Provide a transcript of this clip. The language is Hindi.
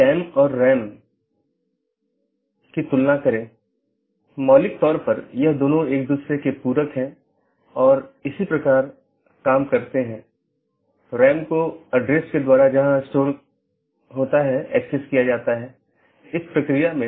इसका मतलब है कि सभी BGP सक्षम डिवाइस जिन्हें BGP राउटर या BGP डिवाइस भी कहा जाता है एक मानक का पालन करते हैं जो पैकेट को रूट करने की अनुमति देता है